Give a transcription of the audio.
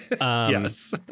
yes